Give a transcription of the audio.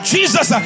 Jesus